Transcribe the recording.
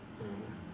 mm